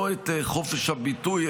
את חופש הביטוי,